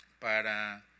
para